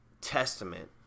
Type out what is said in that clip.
testament